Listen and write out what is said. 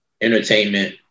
entertainment